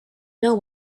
know